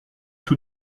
tout